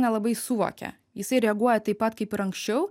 nelabai suvokia jisai reaguoja taip pat kaip ir anksčiau